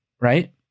right